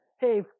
Hey